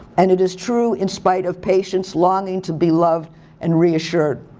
and it is true in spite of patients longing to be loved and reassured.